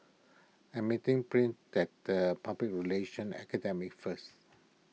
I'm meeting Prince at the Public Relations Academy first